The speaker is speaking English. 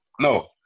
No